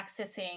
accessing